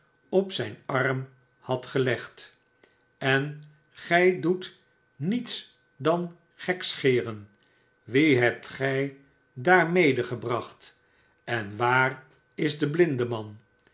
schroomvallig'op zijn arm had gelegd en gij doet niets dan gekscheren wien hebt gij daar medegebracht en waar is de blindeman